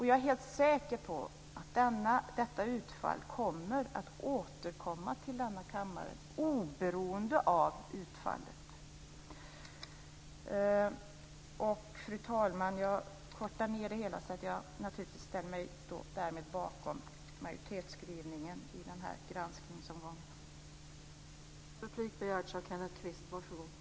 Jag är helt säker på att ärendet kommer att återkomma till denna kammare oberoende av utfallet. Fru talman! Jag kortar ned mitt anförande. Jag ställer mig naturligtvis bakom majoritetsskrivningen i denna granskningsomgång.